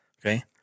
Okay